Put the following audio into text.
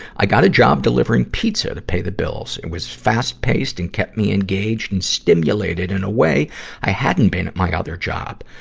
i got a job delivering pizza to pay the bills. it was fast-paced and kept me engaged and stimulated in a way i hadn't been at my other job.